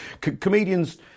Comedians